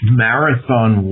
marathon